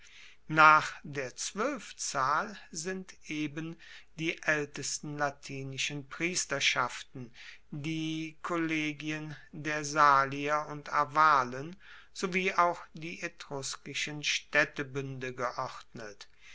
nach der zwoelfzahl sind eben die aeltesten latinischen priesterschaften die kollegien der salier und arvalen sowie auch die etruskischen staedtebuende geordnet